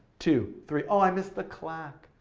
two, three, oh, i miss the clack.